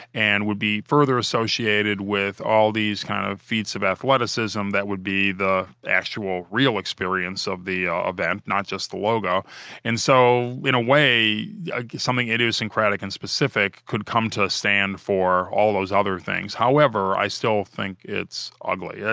and would be further associated with all these kinds kind of feats of athleticism that would be the actual real experience of the event, not just the logo and so in a way something idiosyncratic and specific could come to stand for all those other things. however, i still think it's ugly. yeah